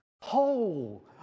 whole